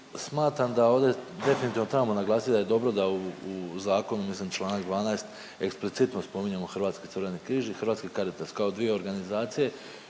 smatram da ovdje definitivno trebamo naglasiti da je dobro da u zakonu mislim Članak 12. eksplicitno spominjemo Hrvatski Crveni križ i Hrvatski Caritas kao dvije organizacije